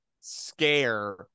scare